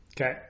Okay